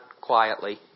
quietly